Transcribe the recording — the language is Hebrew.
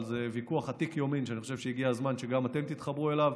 אבל זה ויכוח עתיק יומין שאני חושב שהגיע הזמן שגם אתם תתחברו אליו.